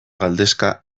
galdezka